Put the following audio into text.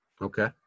Okay